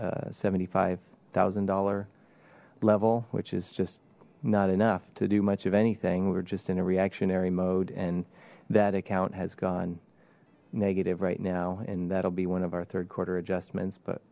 seventy five zero dollar level which is just not enough to do much of anything we're just in a reactionary mode and that account has gone negative right now and that'll be one of our third quarter adjustments but